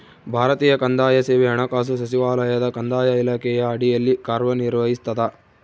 ಭಾರತೀಯ ಕಂದಾಯ ಸೇವೆ ಹಣಕಾಸು ಸಚಿವಾಲಯದ ಕಂದಾಯ ಇಲಾಖೆಯ ಅಡಿಯಲ್ಲಿ ಕಾರ್ಯನಿರ್ವಹಿಸ್ತದ